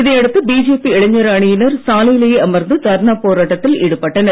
இதை அடுத்து பிஜேபி இளைஞர் அணியினர் சாலையிலேயே அமர்ந்து தர்ணா போராட்டத்தில் ஈடுபட்டனர்